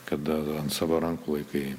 kada ant savo rankų laikai